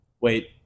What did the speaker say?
Wait